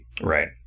Right